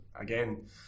again